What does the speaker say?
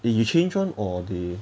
oh you change [one] or they